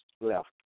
left